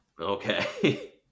Okay